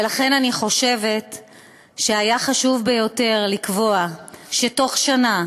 ולכן אני חושבת שהיה חשוב ביותר לקבוע שבתוך שנה,